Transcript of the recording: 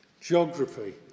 geography